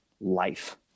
life